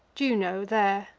juno there.